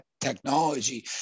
technology